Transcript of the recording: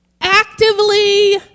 actively